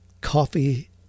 coffee